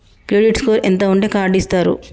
Credit score ఎంత ఉంటే card ఇస్తారు?